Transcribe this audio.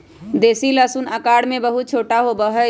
देसी लहसुन आकार में बहुत छोटा होबा हई